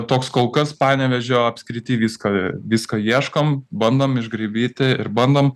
toks kol kas panevėžio apskrity viską viską ieškom bandom išgraibyti ir bandom